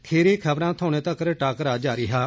खीरी खबरां थ्हाने तक्कर टाकरा जारी हा